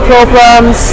Problems